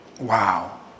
Wow